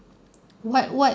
what what